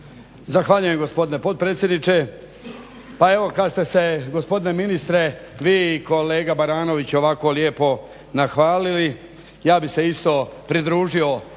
Zahvaljujem gospodine potpredsjedniče. Pa evo kad ste se gospodine ministre vi i kolega Baranović ovako lijepo nahvalili ja bih se isto pridružio